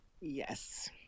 yes